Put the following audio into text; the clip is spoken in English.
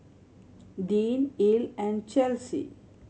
Deann Ell and Chesley